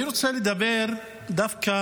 אני רוצה לדבר דווקא